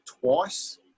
twice